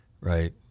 right